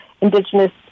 Indigenous